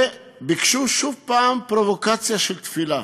וביקשו שוב פרובוקציה של תפילה.